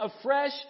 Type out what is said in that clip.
afresh